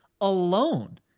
alone